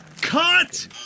cut